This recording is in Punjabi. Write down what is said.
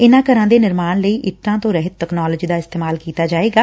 ਇਨੂਾ ਘਰਾਂ ਦੇ ਨਿਰਮਾਣ ਲਈ ਇੱਟਾਂ ਤੋਂ ਰਹਿਤ ਤਕਨਾਲੋਜੀ ਦਾ ਇਸਤੇਮਾਲ ਕੀਤਾ ਜਾਵੇਗਾ